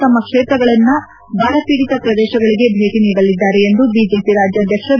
ತಮ್ಮ ಕ್ಷೇತ್ರಗಳಲ್ಲಿನ ಬರ ಪೀಡಿತ ಪ್ರದೇಶಗಳಿಗೆ ಭೇಟಿ ನೀಡಲಿದ್ದಾರೆ ಎಂದು ಬಿಜೆಪಿ ರಾಜ್ಯಾಧ್ಯಕ್ಷ ಬಿ